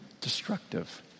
destructive